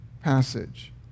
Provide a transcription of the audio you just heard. passage